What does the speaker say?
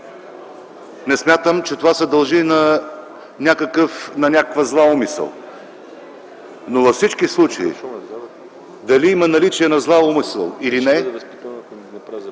Не смятам, че това се дължи на някаква зла умисъл, но във всички случаи, дали има наличие на зла умисъл или не,